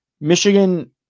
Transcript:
Michigan